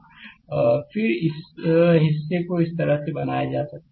slide समय देखें 1202 फिर इस हिस्से को इस तरह से बनाया जा सकता है